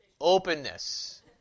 openness